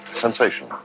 sensation